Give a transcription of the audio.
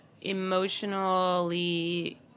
emotionally